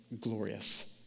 glorious